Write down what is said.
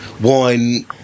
wine